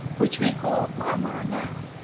which we call marmora now.